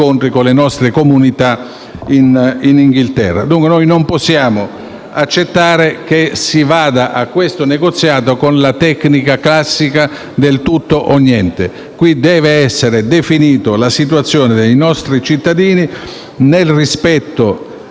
con le nostre comunità in Inghilterra. Noi non possiamo accettare che si vada a questo negoziato con la tecnica classica del tutto o niente. Qui deve essere definita la situazione dei nostri cittadini nel rispetto